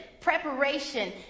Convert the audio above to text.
preparation